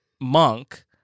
monk